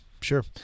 Sure